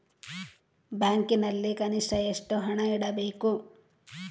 ಬ್ಯಾಂಕಿನಲ್ಲಿ ಕನಿಷ್ಟ ಎಷ್ಟು ಹಣ ಇಡಬೇಕು?